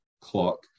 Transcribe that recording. clock